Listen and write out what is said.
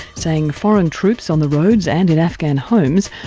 saying foreign troops on the roads and in afghan homes,